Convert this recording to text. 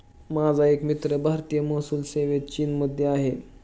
माझा एक मित्र भारतीय महसूल सेवेत चीनमध्ये आहे